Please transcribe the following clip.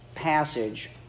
passage